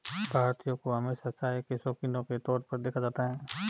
भारतीयों को हमेशा चाय के शौकिनों के तौर पर देखा जाता है